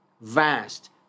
vast